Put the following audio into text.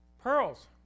Pearls